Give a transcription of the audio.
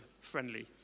friendly